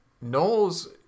Knowles